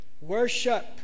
Worship